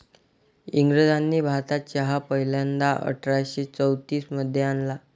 इंग्रजांनी भारतात चहा पहिल्यांदा अठरा शे चौतीस मध्ये आणला